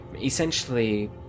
Essentially